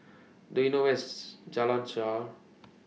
Do YOU know Where IS Jalan Shaer